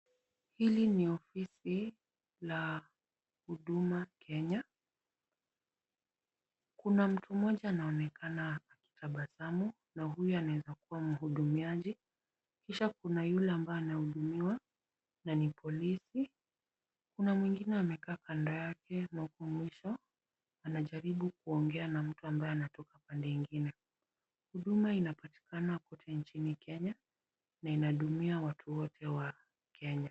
Hili ni ofisi la huduma Kenya . Kuna mtu mmoja anaonekana akitabasamu na huyo anaeza kuwa mhudumiaji, kisha kuna yule ambaye anahudmiwa na ni polisi. Kuna mwingine amekaa kando yake na huku mwisho, anajaribu kuongea na mtu ambaye anatoka upande ingine. Huduma inapatikana kote nchini Kenya, na inahudumia watu wote wa Kenya.